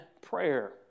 prayer